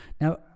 Now